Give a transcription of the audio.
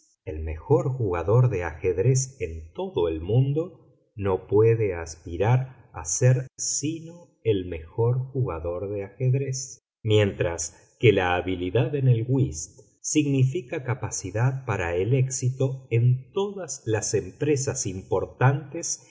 el mejor jugador de ajedrez en todo el mundo no puede aspirar a ser sino el mejor jugador de ajedrez mientras que la habilidad en el whist significa capacidad para el éxito en todas las empresas importantes